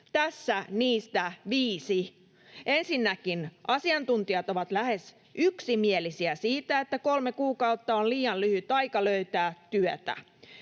tässä niistä viisi: Ensinnäkin: Asiantuntijat ovat lähes yksimielisiä siitä, että kolme kuukautta on liian lyhyt aika löytää työtä.